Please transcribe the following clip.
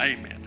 Amen